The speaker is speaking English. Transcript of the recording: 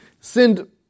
send